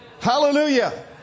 Hallelujah